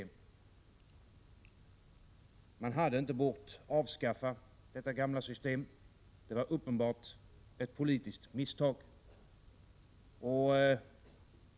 Man hade inte bort avskaffa det gamla systemet. Det var uppenbart ett politiskt misstag.